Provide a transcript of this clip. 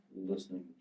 Listening